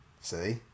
See